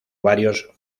varios